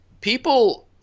people